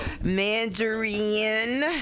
Mandarin